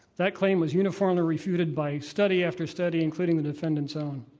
that claim was uniformly refuted by study after study, including the defendant's own.